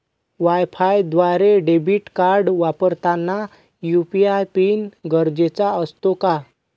वायफायद्वारे debit card वापरताना UPI PIN गरजेचा असतो का?